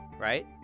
Right